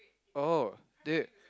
oh th~